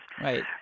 Right